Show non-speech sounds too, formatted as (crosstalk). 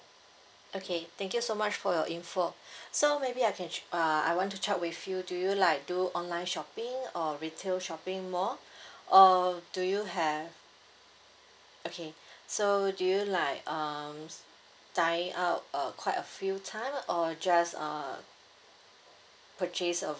okay thank you so much for your info (breath) so maybe I can che~ uh I want to check with you do you like do online shopping or retail shopping more (breath) or do you have okay (breath) so do you like um s~ dine out uh quite a few times or just uh purchase of